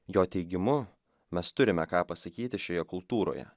jo teigimu mes turime ką pasakyti šioje kultūroje